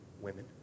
women